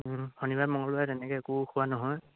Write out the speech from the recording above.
শনিবাৰে মংগলবাৰে তেনেকৈ একো খোৱা নহয়